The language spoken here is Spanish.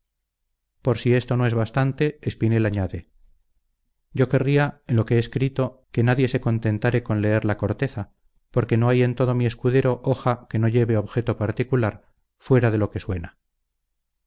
por si esto no es bastante espinel añade yo querría en lo que he escrito que nadie se contentare con leer la corteza porque no hay en todo mi escudero hoja que no lleve objeto particular fuera de lo que suena